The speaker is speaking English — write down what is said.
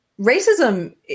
racism